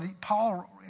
Paul